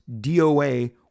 DOA